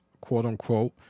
quote-unquote